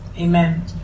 Amen